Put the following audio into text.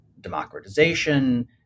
democratization